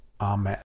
Amen